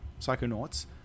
Psychonauts